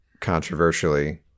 controversially